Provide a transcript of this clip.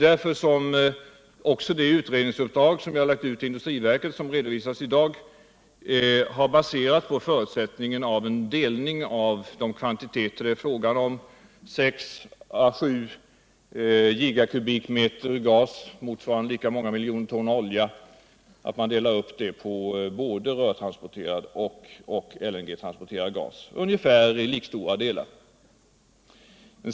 Därför har det utredningsarbete som lagts ut till industriverket och som redovisats i dag baserats på förutsättningen att en delning av de kvantiteter det är fråga om —6 å 7 Gm? gas motsvarande lika många miljoner ton olja — sker både via rör och som LNG gas i ungefär lika stora delar.